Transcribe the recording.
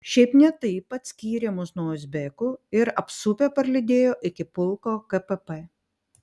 šiaip ne taip atskyrė mus nuo uzbekų ir apsupę parlydėjo iki pulko kpp